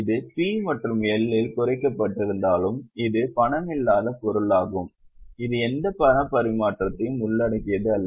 இது P மற்றும் L இல் குறைக்கப்பட்டிருந்தாலும் இது பணமில்லாத பொருளாகும் இது எந்த பணப்பரிமாற்றத்தையும் உள்ளடக்கியது அல்ல